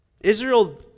Israel